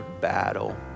battle